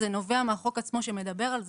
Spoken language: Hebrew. זה נובע מהחוק עצמו שמדבר על זה,